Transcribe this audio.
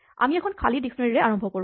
আমি এখন খালী ডিস্কনেৰীঅভিধানৰে আৰম্ভ কৰোঁ